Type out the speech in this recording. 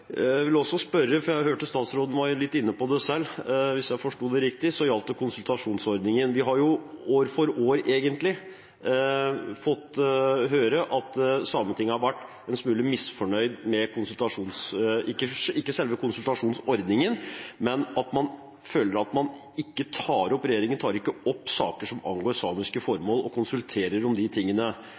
Jeg vil også spørre om konsultasjonsordningen, for jeg hørte at statsråden var litt inne på det selv, hvis jeg forstod det riktig. Vi har år etter år, egentlig, fått høre at Sametinget har vært en smule misfornøyd – ikke med selve konsultasjonsordningen, men fordi man føler at regjeringen ikke tar opp saker som angår samiske formål og konsulterer om tingene.